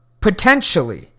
potentially